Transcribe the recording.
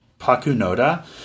Pakunoda